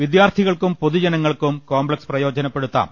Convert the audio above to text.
വിദ്യാർത്ഥികൾക്കും പൊതുജനങ്ങൾക്കും കോംപ്ലക്സ് പ്രയോജനപ്പെടുത്താം